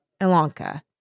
Ilanka